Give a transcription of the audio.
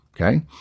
Okay